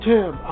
Tim